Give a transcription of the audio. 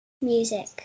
music